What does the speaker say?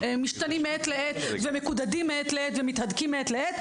שמשתנים מעת לעת ומקודדים מעת לעת ומתהדקים מעת לעת,